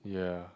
ya